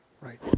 right